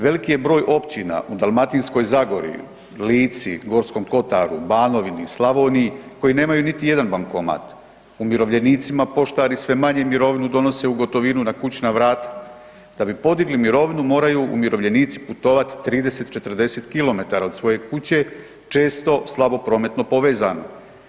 Veliki je broj općina u Dalmatinskoj zagori, Lici, G. kotaru, Banovini, Slavoniji koji nemaju niti jedan bankomat, umirovljenicima poštari sve manje mirovinu donose u gotovini na kućna vrata, da bi podigli mirovinu moraju umirovljenici putovat 30, 40 km od svoje kuće, često slabo prometno povezanu.